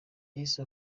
yahise